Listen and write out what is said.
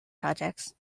projects